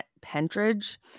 pentridge